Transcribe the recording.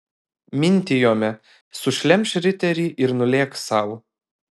mintijome sušlemš riterį ir nulėks sau